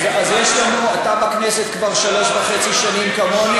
אתה בכנסת כבר שלוש שנים וחצי כמוני?